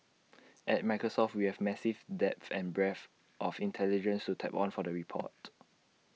at Microsoft we have massive depth and breadth of intelligence to tap on for the report